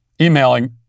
emailing